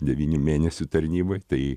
devynių mėnesių tarnybai tai